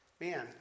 Man